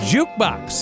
Jukebox